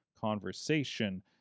conversation